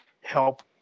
help